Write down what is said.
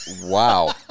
Wow